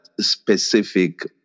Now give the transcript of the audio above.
specific